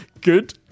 Good